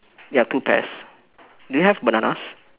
ya two pairs do you have bananas